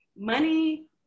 money